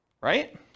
right